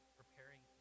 preparing